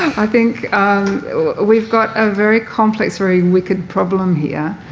i think we've got a very complex, very wicked problem here.